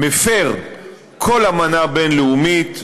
מפר כל אמנה בין-לאומית,